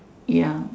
ya